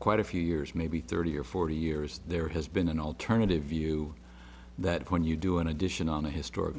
quite a few years maybe thirty or forty years there has been an alternative view that when you do an addition on a historic